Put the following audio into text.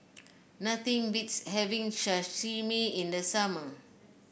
nothing beats having Sashimi in the summer